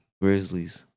Grizzlies